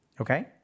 Okay